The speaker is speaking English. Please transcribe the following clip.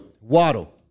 Waddle